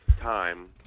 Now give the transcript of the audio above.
time